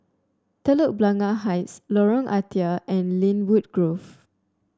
Telok Blangah Heights Lorong Ah Thia and Lynwood Grove